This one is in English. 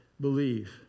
believe